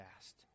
fast